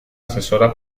asesora